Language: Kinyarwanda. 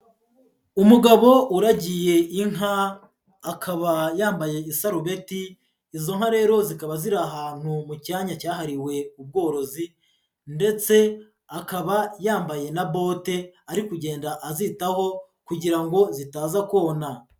Umugabo uragiye inka akaba yambaye isarubeti, izo nka rero zikaba ziri ahantu mu cyanya cyahariwe ubworozi ndetse akaba yambaye na bote, ari kugenda azitaho kugira ngo zitaza kona.